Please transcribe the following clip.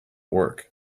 work